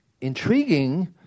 intriguing